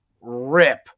Rip